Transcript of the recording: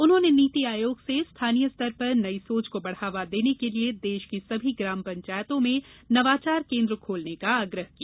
उन्होंने नीति आयोग से स्थानीय स्तर पर नई सोच को बढ़ावा देने के लिए देश की सभी ग्राम पंचायतों में नवाचार केन्द्र खोलने का आग्रह किया